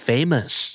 Famous